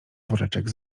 woreczek